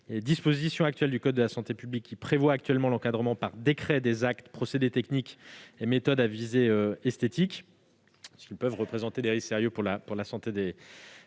Les dispositions actuelles du code de la santé publique prévoient l'encadrement par décret des actes, procédés, techniques et méthodes à visée esthétique, car ils peuvent présenter des risques sérieux pour la santé des patientes.